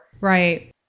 Right